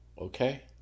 okay